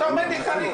אתה אומר שזה חריג.